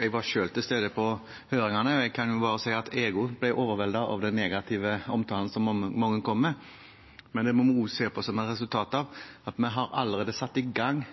Jeg var selv til stede på høringen, og jeg også ble overveldet av den negative omtalen som mange kom med. Men det må vi også se som et resultat av at vi allerede har satt i gang